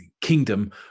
kingdom